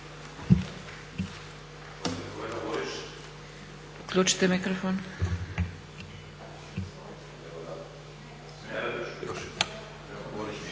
Hvala.